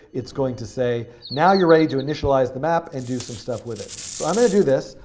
it's going to say, now you're ready to initialize the map and do some stuff with it. so i'm going to do this.